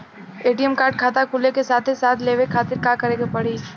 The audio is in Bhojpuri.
ए.टी.एम कार्ड खाता खुले के साथे साथ लेवे खातिर का करे के पड़ी?